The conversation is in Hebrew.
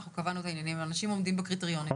אנחנו קבענו את העניינים והאנשים עומדים בקריטריונים.